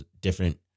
different